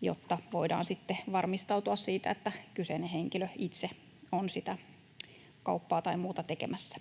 jotta voidaan sitten varmistautua siitä, että kyseinen henkilö itse on sitä kauppaa tai muuta tekemässä.